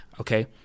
okay